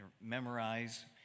memorize